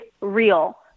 real